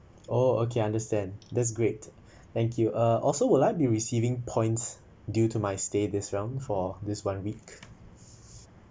oh okay understand that's great thank you uh also will I be receiving points due to my stay this round for this one week